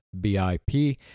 bip